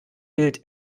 gilt